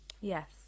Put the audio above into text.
yes